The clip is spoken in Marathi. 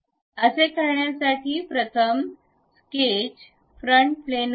असे करण्यासाठी प्रथम स्केच फ्रंट प्लेन वर जा